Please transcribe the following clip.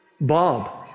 Bob